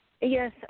Yes